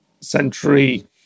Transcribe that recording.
century